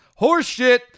Horseshit